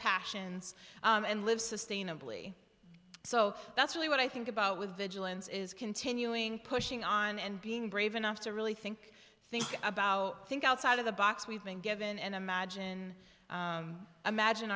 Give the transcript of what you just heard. passions and live sustainably so that's really what i think about with vigilance is continuing pushing on and being brave enough to really think think about think outside of the box we've been given and imagine imagine